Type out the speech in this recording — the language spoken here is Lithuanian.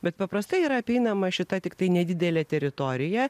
bet paprastai yra apeinama šita tiktai nedidelė teritorija